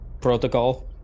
Protocol